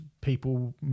people